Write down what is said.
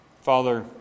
Father